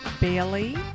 Bailey